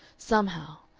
somehow.